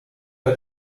are